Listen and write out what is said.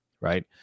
Right